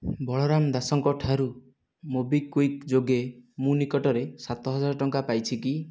ବଳରାମ ଦାସଙ୍କ ଠାରୁ ମୋବିକ୍ଵିକ୍ ଯୋଗେ ମୁଁ ନିକଟରେ ସାତ ହଜାର ଟଙ୍କା ପାଇଛି କି